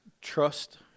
Trust